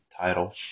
title